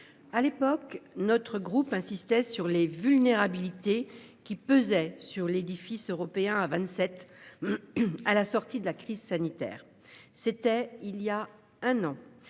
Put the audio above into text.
à l'époque notre groupe insistait sur les vulnérabilités qui pesaient sur l'édifice européen à 27. À la sortie de la crise sanitaire. C'était il y a un an